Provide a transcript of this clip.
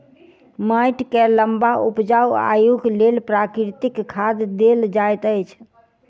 माइट के लम्बा उपजाऊ आयुक लेल प्राकृतिक खाद देल जाइत अछि